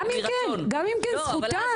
גם אם כן, זכותן.